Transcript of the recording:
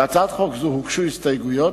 להצעת חוק זו הוגשו הסתייגויות.